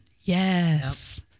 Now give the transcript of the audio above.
Yes